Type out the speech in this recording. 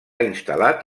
instal·lat